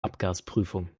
abgasprüfung